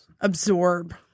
absorb